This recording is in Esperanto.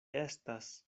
estas